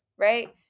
Right